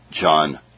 John